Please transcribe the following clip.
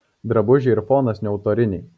drabužiai ir fonas neautoriniai